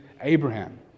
Abraham